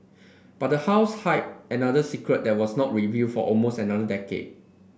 but the house hid another secret that was not revealed for almost another decade